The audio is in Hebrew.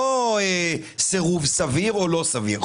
לא סירוב סביר או לא סביר.